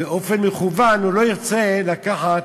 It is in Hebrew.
באופן מכוון, לא ירצה לקחת